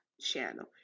channel